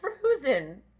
frozen